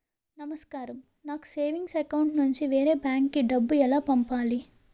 నమస్కారం నాకు savings account నుంచి వేరే బ్యాంక్ కి డబ్బు ఎలా పంపాలి?